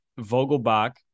Vogelbach